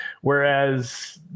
whereas